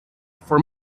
for